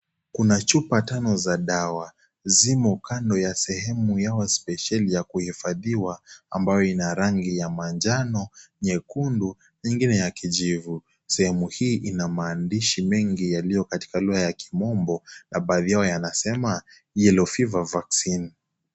Kuna chupa tano za dawa zimo kando ya sehemu yao specieli ya kuhifadhiwa ambayo ina rangi ya manjano, nyekundu, nyingine ya kijivu sehemu hii inamaandishi mengi yaliyo katika lugha ya kimombo na baadhi yao yanasema yellow fever vaccine .